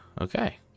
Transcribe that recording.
okay